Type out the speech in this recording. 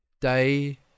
Day